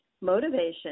motivation